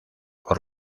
por